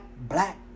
black